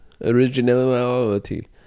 Originality